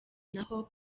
naho